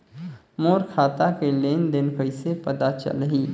मोर खाता के लेन देन कइसे पता चलही?